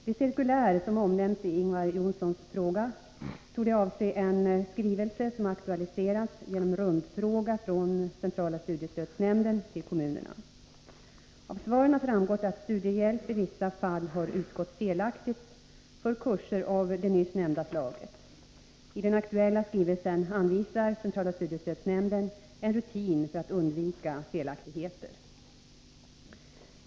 Det cirkulär som omnämns i Ingvar Johnssons fråga torde vara en skrivelse som aktualiserats genom rundfråga från centrala studiestödsnämnden till kommunerna. Av svaren har framgått att studiehjälp i vissa fall har utgått felaktigt för kurser av det nyss nämnda slaget. I den aktuella skrivelsen anvisar centrala studiestödsnämnden en rutin för att undvika felaktigheter.